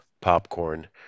Popcorn